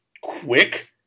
quick